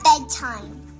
bedtime